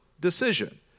decision